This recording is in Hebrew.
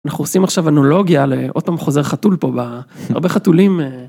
אנחנו עושים עכשיו אנלוגיה לעוד פעם חוזר חתול פה, הרבה חתולים